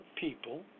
people